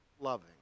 loving